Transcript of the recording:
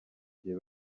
gihe